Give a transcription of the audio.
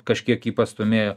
kažkiek jį pastūmėjo